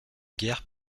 guerre